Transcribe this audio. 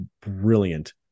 brilliant